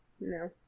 no